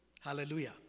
Hallelujah